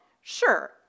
sure